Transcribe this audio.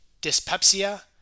dyspepsia